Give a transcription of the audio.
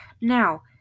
Now